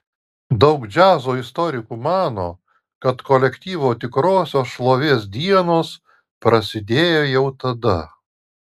daug džiazo istorikų mano kad kolektyvo tikrosios šlovės dienos prasidėjo jau tada